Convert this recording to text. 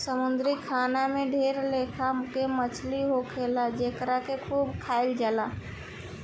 समुंद्री खाना में ढेर लेखा के मछली होखेले जेकरा के खूब खाइल जाला